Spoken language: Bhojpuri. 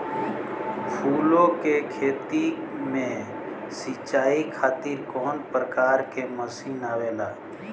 फूलो के खेती में सीचाई खातीर कवन प्रकार के मशीन आवेला?